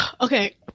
okay